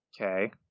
Okay